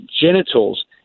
genitals